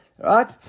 Right